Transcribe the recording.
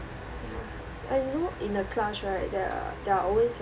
I know in a class right there are there are always like